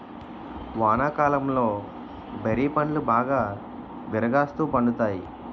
వానాకాలంలో బేరి పండ్లు బాగా విరాగాస్తు పండుతాయి